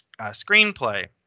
screenplay